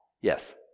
Yes